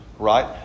Right